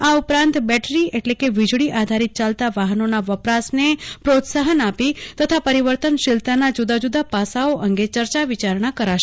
આ પરિષદમાં બેટરી એટલે કે વિજળી આધારીત ચાલતા વાહનોના વપરાશને પ્રોત્સાહન આપી તથા પરિવર્તનશીલતાના જુદા જુદા પાસાઓ અંગે ચર્ચા વિચારણા કરાશે